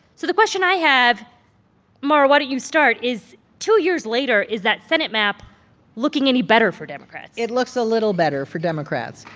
so the question i have mara, why don't you start is two years later, is that senate map looking any better for democrats? it looks a little better for democrats.